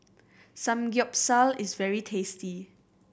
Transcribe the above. samgyeopsal is very tasty